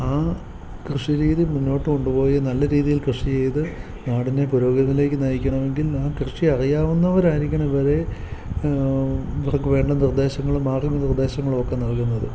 ആ കൃഷിരീതി മുന്നോട്ടുകൊണ്ടുപോയി നല്ല രീതിയിൽ കൃഷി ചെയ്ത് നാടിനെ പുരോഗതിയിലേക്ക് നയിക്കണമെങ്കിൽ ആ കൃഷി അറിയാവുന്നവരായിരിക്കണം ഇവരെ ഇവർക്ക് വേണ്ട നിർദ്ദേശങ്ങളും മാർഗ്ഗനിർദ്ദേശങ്ങളും ഒക്കെ നൽകുന്നത്